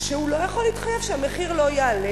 שהוא לא יכול להתחייב שהמחיר לא יעלה.